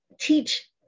teach